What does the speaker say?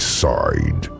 side